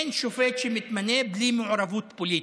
אין שופט שמתמנה בלי מעורבות פוליטית,